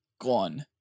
Gone